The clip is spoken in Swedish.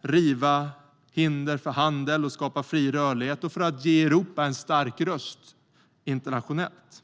riva hinder för handel, skapa fri rörlighet och ge Europa en stark röst internationellt.